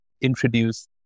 introduce